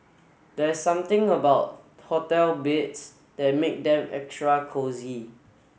there's something about hotel beds that make them extra cosy